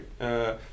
right